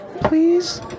Please